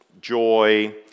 joy